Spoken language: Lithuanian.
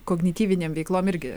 kognityvinėm veiklom irgi